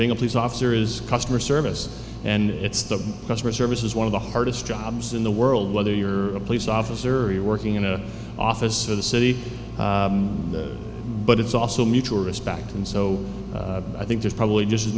being a police officer is customer service and it's the customer service is one of the hardest jobs in the world whether you're a police officer or you're working in a office for the city but it's also mutual respect and so i think there's probably just as